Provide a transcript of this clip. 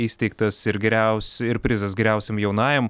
įsteigtas ir geriaus ir prizas geriausiam jaunajam